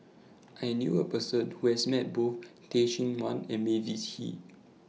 I knew A Person Who has Met Both Teh Cheang Wan and Mavis Hee